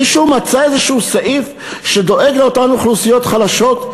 מישהו מצא איזשהו סעיף שדואג לאותן אוכלוסיות חלשות?